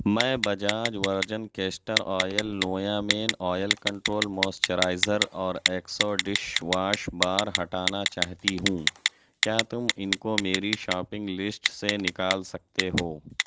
میں Bajaj virgin castor oil لویا مین آئل کنٹرول موئسچرائزر اور ایکسو ڈش واش بار ہٹانا چاہتی ہوں کیا تم ان کو میری شاپنگ لسٹ سے نکال سکتے ہو